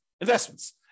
investments